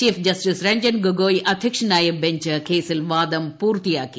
chief justice Ranjan Gogoi അധൃക്ഷനായ bench കേസിൽ വാദം പൂർത്തിയാക്കി